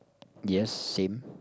yes same